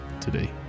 today